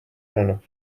elanud